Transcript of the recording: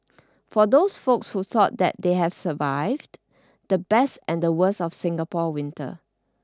for those folks who thought that they have survived the best and the worst of Singapore winter